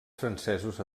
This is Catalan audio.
francesos